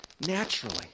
naturally